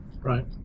Right